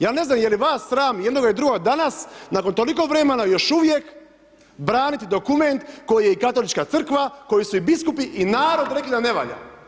Ja ne znam je li vas sram jednoga i drugoga danas nakon toliko vremena još uvijek braniti dokument koji je i Katolička crkva, koju su i biskupi i narod rekli da ne valja.